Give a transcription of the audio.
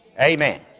Amen